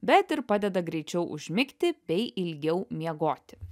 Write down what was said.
bet ir padeda greičiau užmigti bei ilgiau miegoti